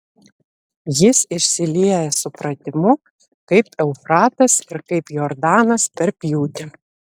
jis išsilieja supratimu kaip eufratas ir kaip jordanas per pjūtį